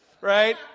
right